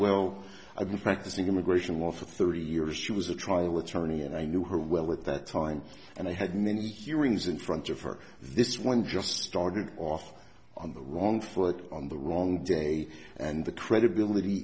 well i've been practicing immigration law for thirty years she was a trial attorney and i knew her well at that time and i had many hearings in front of her this one just started off on the wrong foot on the wrong day and the credibility